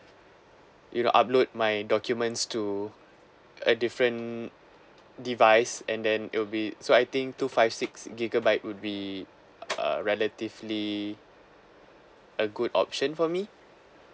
you know upload my documents to a different device and then it will be so I think two five six gigabyte would be err relatively a good option for me